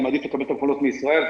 אני מעדיף לקבל את המכונות מישראל,